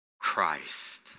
Christ